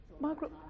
Margaret